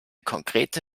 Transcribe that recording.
konkrete